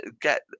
get